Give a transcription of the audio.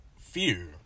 fear